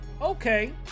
Okay